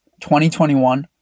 2021